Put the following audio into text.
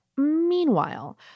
Meanwhile